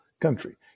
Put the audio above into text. country